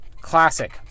Classic